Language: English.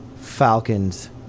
Falcons